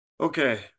okay